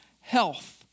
health